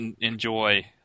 enjoy